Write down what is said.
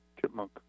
chipmunk